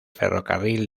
ferrocarril